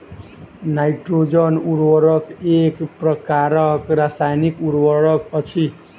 nitrogen उर्वरक एक प्रकारक रासायनिक उर्वरक अछि